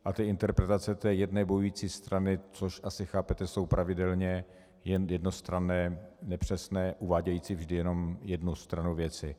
A interpretace té jedné bojující strany, což asi chápete, jsou pravidelně jen jednostranné, nepřesné, uvádějící vždy jenom jednu stranu věci.